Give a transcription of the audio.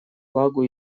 влагу